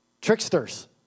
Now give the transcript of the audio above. tricksters